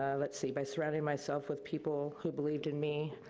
let's see, by surrounding myself with people who believed in me